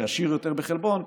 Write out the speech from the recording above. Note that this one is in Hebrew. שעשיר יותר בחלבון,